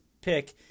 pick